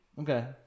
Okay